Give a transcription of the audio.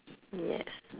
yes